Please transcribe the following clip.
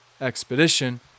expedition